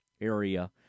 area